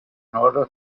notably